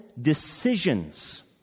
decisions